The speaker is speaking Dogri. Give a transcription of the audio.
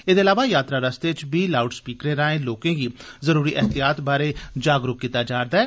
एदे अलावा यात्रा रस्ते च बी लाउड स्पीकरें राए लोकें गी जरुरी एहतियात बारै जागरुक कीता जारदा ऐ